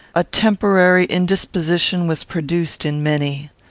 a temporary indisposition was produced in many.